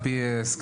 על פי סקרים,